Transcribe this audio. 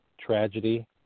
tragedy